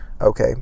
Okay